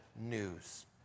news